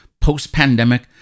post-pandemic